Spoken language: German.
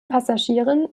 passagieren